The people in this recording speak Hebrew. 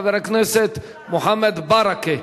חבר הכנסת מוחמד ברכה.